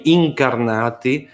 incarnati